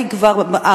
ובכן,